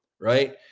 right